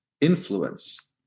influence